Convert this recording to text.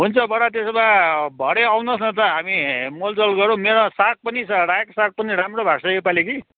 हुन्छ बडा त्यसो भए भरे आउनुहोस् न त हामी मोलतोल गरौँ मेरोमा साग पनि छ रायोको साग पनि राम्रो भएको छ यो पालि कि